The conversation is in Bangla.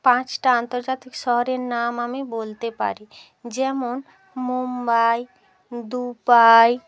পাঁচটা আন্তর্জাতিক শহরের নাম আমি বলতে পারি যেমন মুম্বাই দুবাই